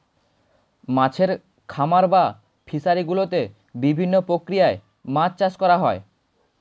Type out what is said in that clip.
মাছের খামার বা ফিশারি গুলোতে বিভিন্ন প্রক্রিয়ায় মাছ চাষ করা হয়